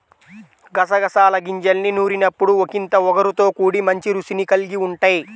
గసగసాల గింజల్ని నూరినప్పుడు ఒకింత ఒగరుతో కూడి మంచి రుచిని కల్గి ఉంటయ్